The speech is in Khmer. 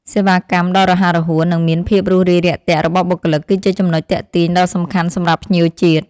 សេវាកម្មដ៏រហ័សរហួន និងមានភាពរួសរាយរាក់ទាក់របស់បុគ្គលិក គឺជាចំណុចទាក់ទាញដ៏សំខាន់សម្រាប់ភ្ញៀវជាតិ។